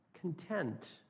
content